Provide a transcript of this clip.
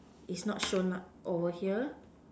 is not shown up over here